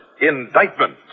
indictment